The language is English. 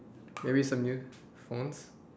maybe some new phones